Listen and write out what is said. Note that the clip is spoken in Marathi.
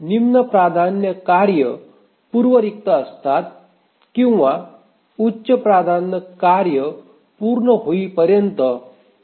निम्न प्राधान्य कार्य पूर्व रिक्त असतात किंवा उच्च प्राधान्य कार्य पूर्ण होईपर्यंत ते प्रतीक्षा करत असतात